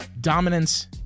dominance